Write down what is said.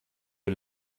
den